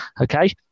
Okay